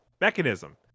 mechanism